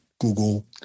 google